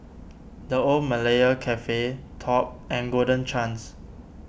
the Old Malaya Cafe Top and Golden Chance